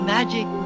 Magic